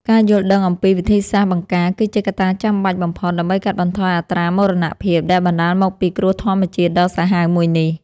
ការយល់ដឹងអំពីវិធីសាស្ត្របង្ការគឺជាកត្តាចាំបាច់បំផុត ដើម្បីកាត់បន្ថយអត្រាមរណភាពដែលបណ្តាលមកពីគ្រោះធម្មជាតិដ៏សាហាវមួយនេះ។